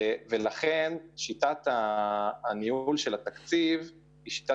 בשל כל זאת, שיטת הניהול של התקציב היא שיטת